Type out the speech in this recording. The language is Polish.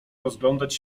rozglądać